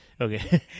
Okay